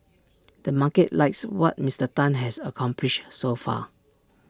the market likes what Mister Tan has accomplished so far